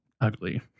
Ugly